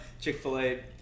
Chick-fil-A